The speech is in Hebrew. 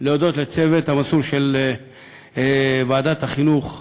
להודות לצוות המסור של ועדת החינוך,